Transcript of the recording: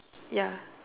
ya